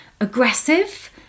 aggressive